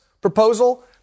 proposal